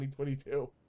2022